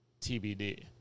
TBD